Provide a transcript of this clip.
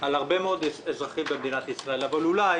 על הרבה מאד אזרחים במדינת ישראל, אבל אולי